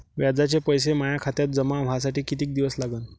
व्याजाचे पैसे माया खात्यात जमा व्हासाठी कितीक दिवस लागन?